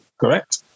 Correct